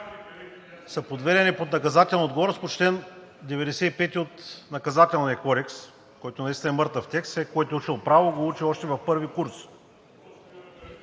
са подведени под наказателна отговорност по чл. 95 от Наказателния кодекс, който наистина е мъртъв текст. Който е учил право, го учи още в първи курс.